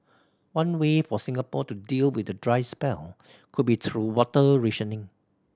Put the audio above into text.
one way for Singapore to deal with the dry spell could be through water rationing